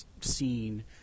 seen